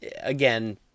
again